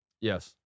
Yes